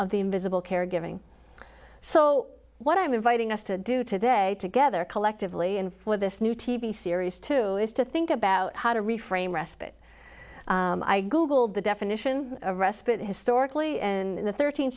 of the invisible caregiving so what i'm inviting us to do today together collectively and for this new t v series two is to think about how to reframe respite i googled the definition of respite historically and in the thirteenth